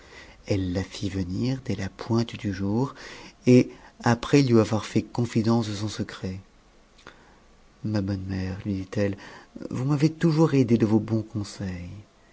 elle la fit venir dès la pointe du jour et après lui avoir fait confidence de son secret ma bonne mère lui dit-elle vous m'avez toujours aidée de vos bons conseils